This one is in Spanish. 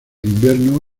invierno